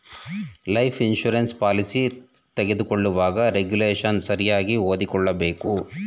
life insurance policy ತಗೊಳ್ಳುವಾಗ regulation ಸರಿಯಾಗಿ ಓದಿಕೊಳ್ಳಬೇಕು